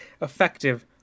effective